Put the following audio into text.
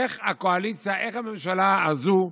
איך הקואליציה, איך הממשלה הזו,